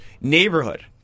neighborhood